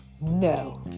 No